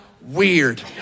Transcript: weird